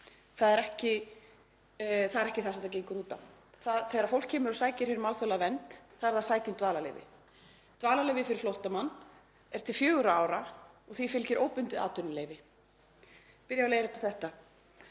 Það er ekki það sem það gengur út á. Þegar fólk kemur og sækir hér um alþjóðlega vernd þá er það að sækja um dvalarleyfi. Dvalarleyfi fyrir flóttamann er til fjögurra ára og því fylgir óbundið atvinnuleyfi. Ég vil byrja á að leiðrétta þetta.